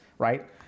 Right